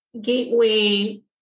gateway